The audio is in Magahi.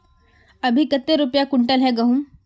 अभी कते रुपया कुंटल है गहुम?